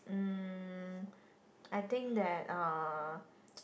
um I think that uh